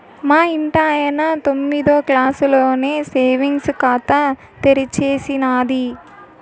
మా ఇంటాయన తొమ్మిదో క్లాసులోనే సేవింగ్స్ ఖాతా తెరిచేసినాది